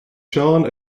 seán